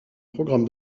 programme